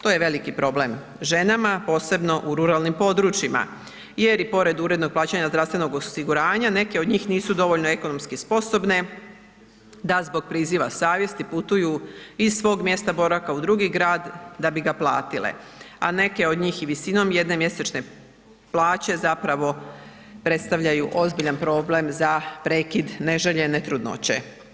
To je veliki problem ženama posebno u ruralnim područjima jer i pored urednog plaćanja zdravstvenog osiguranja neke od njih nisu dovoljno ekonomski sposobne da zbog priziva savjesti putuju iz svog mjesta boravka u drugi grad da bi ga platile, a neke od njih i visinom jedne mjesečne plaće zapravo predstavljaju ozbiljan problem za prekid neželjene trudnoće.